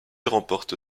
remporte